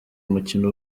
umukino